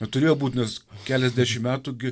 na turėjo būt nes keliasdešim metų gi